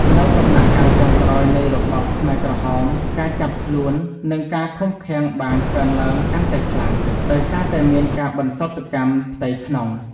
នៅដំណាក់កាលចុងក្រោយនៃរបបខ្មែរក្រហម ការចាប់ខ្លួន និងការឃុំឃាំងបានកើនឡើងកាន់តែខ្លាំង ដោយសារតែមានការបន្សុទ្ធកម្មផ្ទៃក្នុង។